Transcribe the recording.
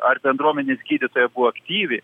ar bendruomenės gydytoja buvo aktyvi